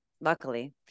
Luckily